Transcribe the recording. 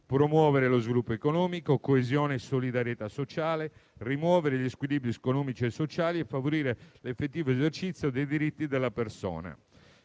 promuovere lo sviluppo economico, la coesione e la solidarietà sociale, rimuovere gli squilibri economici e sociali e favorire l'effettivo esercizio dei diritti della persona.